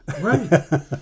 Right